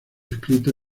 escrito